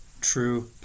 True